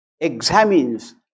examines